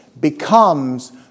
becomes